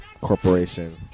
corporation